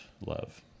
love